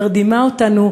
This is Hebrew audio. מרדימה אותנו